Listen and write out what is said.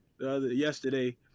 yesterday